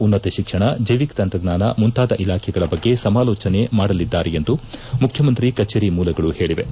ಉನ್ನತ ಶಿಕ್ಷಣ ಜೈವಿಕ ತಂತ್ರಜ್ಞಾನ ಮುಂತಾದ ಇಲಾಖೆಗಳ ಬಗ್ಗೆ ಸಮಾಲೋಚನೆ ಮಾಡಲಿದ್ದಾರೆ ಎಂದು ಮುಖ್ಡಮಂತ್ರಿ ಕಚೇರಿ ಮೂಲಗಳು ಹೇಳಿವೆ